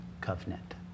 covenant